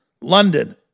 London